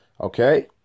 Okay